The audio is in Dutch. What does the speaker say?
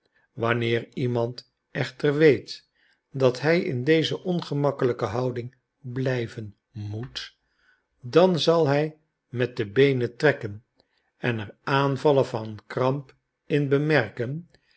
wanneer iemand echter weet dat hij in deze ongemakkelijke houding blijven moet dan zal hij met de beenen trekken en er aanvallen van kramp in bemerken